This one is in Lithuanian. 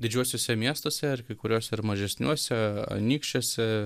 didžiuosiuose miestuose ir kai kuriuose ir mažesniuose anykščiuose